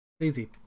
Easy